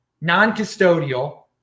non-custodial